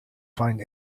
find